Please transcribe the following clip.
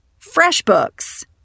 FreshBooks